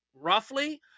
roughly